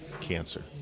cancer